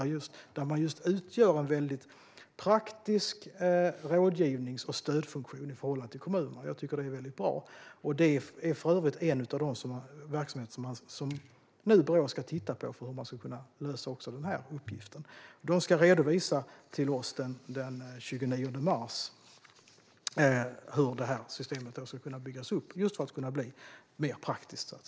Man utgör en praktisk rådgivnings och stödfunktion i förhållande till kommunerna. Det tycker jag är bra. Det är för övrigt en av de verksamheter som nu Brå ska titta på när man ska lösa också den här uppgiften. Man ska redovisa till oss den 29 mars hur ett system ska kunna byggas upp för att bli mer praktiskt.